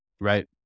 Right